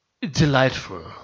Delightful